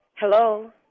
Hello